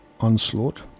Onslaught